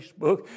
Facebook